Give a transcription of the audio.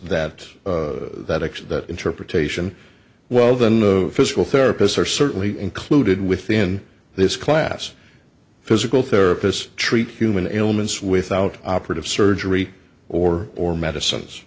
that actually that interpretation well then the physical therapists are certainly included within this class physical therapist treat human ailments without operative surgery or or medicines